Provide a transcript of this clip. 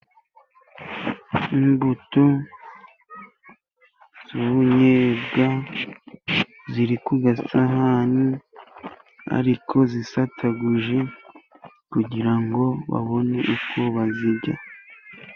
Imbuto z'ubunyebwa ziri ku gasahani ariko zisataguje kugira ngo babone uko bazirya.